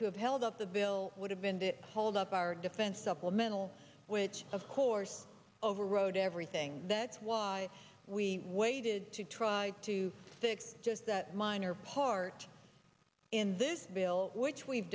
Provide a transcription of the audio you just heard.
to have held up the bill would have been the hold up our defense supplemental which of course overrode everything that's why we waited to try to fix just a minor part in this bill which we've